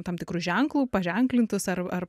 tam tikru ženklu paženklintus ar ar